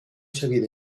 seguir